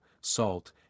salt